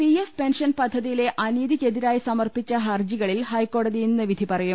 P F pension പദ്ധതിയിലെ അനീതിക്കെതിരായി സമർപ്പിച്ച ഹർജികളിൽ ഹൈക്കോടതി ഇന്ന് വിധി പറയും